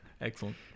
excellent